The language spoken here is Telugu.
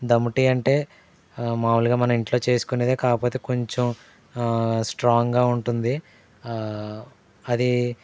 ధమ్ టీ అంటే మామూలుగా మన ఇంట్లో చేసుకునేదే కాకపోతే కొంచెం స్ట్రాంగ్గా ఉంటుంది అది